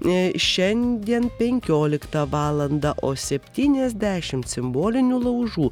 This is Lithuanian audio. eee šiandien penkioliktą valandą o septyniasdešimt simbolinių laužų